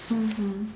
mmhmm